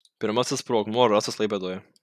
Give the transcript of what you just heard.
pirmasis sprogmuo rastas klaipėdoje